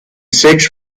six